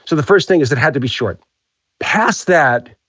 so the first thing is it had to be short past that,